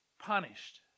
punished